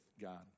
God